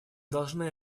должны